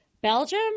Belgium